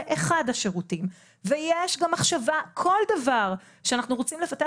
זה אחד השירותים ויש במחשבה ,כל דבר שאנחנו רוצים לפתח